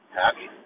happy